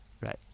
Right